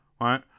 right